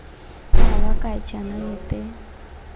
मावा कायच्यानं येते?